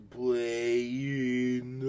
playing